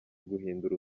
guhindura